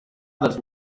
others